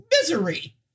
misery